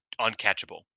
uncatchable